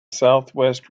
southwest